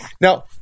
Now